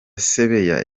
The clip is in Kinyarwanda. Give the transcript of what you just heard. sebeya